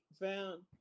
found